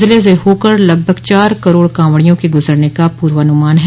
जिले से होकर लगभग चार करोड़ कावंड़ियों के गुजरने का पूर्वानुमान है